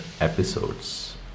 episodes